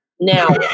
now